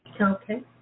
Okay